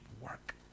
work